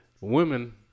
Women